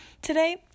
Today